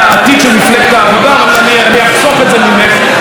אבל אני אחסוך את זה ממך בדיון הזה,